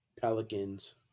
Pelicans